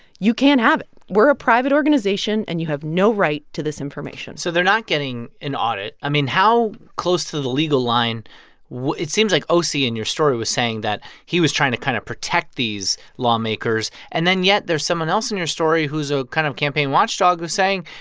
you can't have it. we're a private organization, and you have no right to this information so they're not getting an audit. i mean, how close to the legal line it seems like ose, in your story, was saying that he was trying to kind of protect these lawmakers. and then yet there's someone else in your story who's a kind of campaign watchdog who's saying,